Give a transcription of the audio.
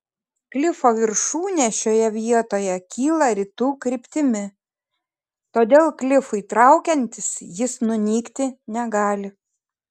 klifo viršūnė šioje vietoje kyla rytų kryptimi todėl klifui traukiantis jis nunykti negali